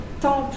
temple